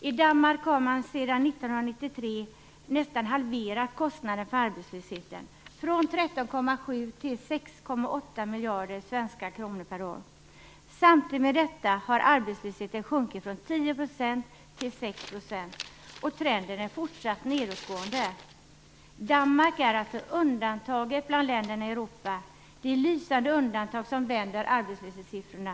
I Danmark har man sedan 1993 nästan halverat kostnaden för arbetslösheten - från 13,7 till 6,8 miljarder svenska kronor per år. Samtidigt med detta har arbetslösheten sjunkit från 10 % till 6 %, och trenden är fortsatt nedåtgående. Danmark är undantaget bland länderna i Europa. Det är det lysande undantaget som vänder arbetslöshetssiffrorna.